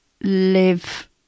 live